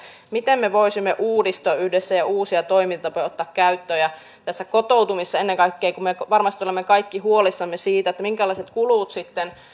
miten me voisimme uudistua yhdessä ja uusia toimintatapoja ottaa käyttöön tässä kotoutumisessa ennen kaikkea kun me varmasti olemme kaikki huolissamme siitä minkälaiset kulut sitten